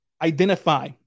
identify